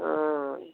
ହଁ